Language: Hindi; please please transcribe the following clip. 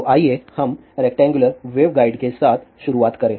तो आइए हम रेक्टैंगुलर वेवगाइड के साथ शुरुआत करें